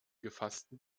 gefassten